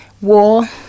war